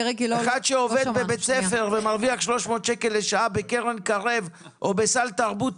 אחד שעובד בבית ספר דרך קרן קרב או סל תרבות,